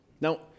Now